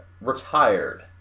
retired